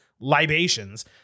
libations